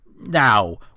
Now